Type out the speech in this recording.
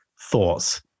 thoughts